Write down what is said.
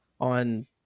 on